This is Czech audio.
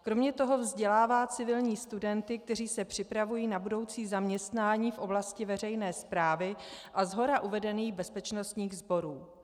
Kromě toho vzdělává civilní studenty, kteří se připravují na budoucí zaměstnání v oblasti veřejné správy a shora uvedených bezpečnostních sborů.